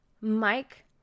Mike